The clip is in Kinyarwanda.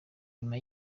nyuma